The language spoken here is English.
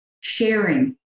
sharing